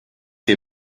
wir